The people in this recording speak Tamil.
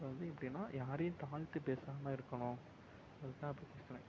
இப்போது வந்து எப்படின்னா யாரையும் தாழ்த்திப் பேசாமல் இருக்கணும் அது தான் இப்போ பிரச்சனை